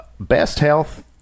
besthealth